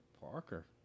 Parker